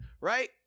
right